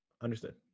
Understood